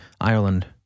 Ireland